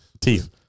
teeth